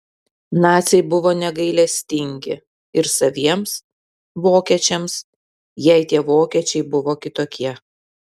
naciai buvo negailestingi ir saviems vokiečiams jei tie vokiečiai buvo kitokie